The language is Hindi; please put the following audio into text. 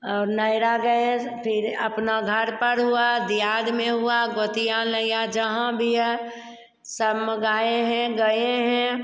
और नहिरा गए फिर अपना घर पर हुआ देहात में हुआ गोतिया नइया जहाँ भी है सबमें गाए हैं गए हैं